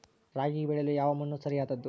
ರಾಗಿ ಬೆಳೆಯಲು ಯಾವ ಮಣ್ಣು ಸರಿಯಾದದ್ದು?